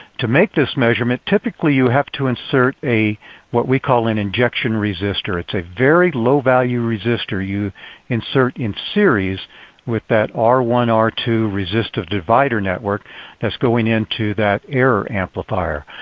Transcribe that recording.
to make this measurement, typically you have to insert what we call an injection resistor. it's a very low value resistor you insert in series with that r one, r two resistive divider network that's going into that error amplifier.